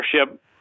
ownership